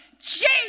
Jesus